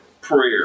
prayer